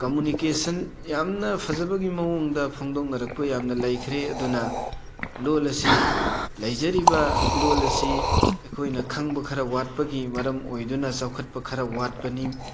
communication ꯌꯥꯝꯅ ꯐꯖꯕꯒꯤ ꯃꯑꯣꯡꯗ ꯐꯣꯡꯗꯣꯅꯔꯛꯄ ꯌꯥꯝꯅ ꯂꯩꯈ꯭ꯔꯦ ꯑꯗꯨꯅ ꯂꯣꯜ ꯑꯁꯤ ꯂꯩꯖꯔꯤꯕ ꯂꯣꯜ ꯑꯁꯤ ꯑꯩꯈꯣꯏꯅ ꯈꯪꯕ ꯈꯔ ꯋꯥꯠꯄꯒꯤ ꯃꯔꯝ ꯑꯣꯏꯗꯨꯅ ꯆꯥꯎꯈꯠꯄ ꯈꯔ ꯋꯥꯠꯄꯅꯤ